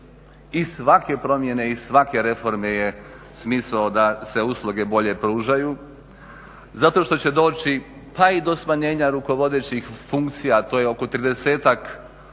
i svake promjene i svake reforme je smisao da se usluge bolje pružaju, zato što će doći pa i do smanjenja rukovodećih funkcija, to je oko 30-ak